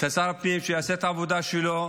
ששר הפנים יעשה את העבודה שלו.